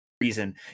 reason